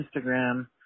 Instagram